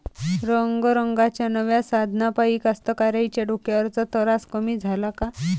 रंगारंगाच्या नव्या साधनाइपाई कास्तकाराइच्या डोक्यावरचा तरास कमी झाला का?